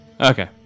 Okay